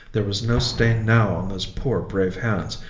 there was no stain now on those poor, brave hands,